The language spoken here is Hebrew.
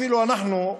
אפילו אנחנו,